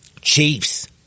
Chiefs